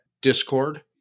discord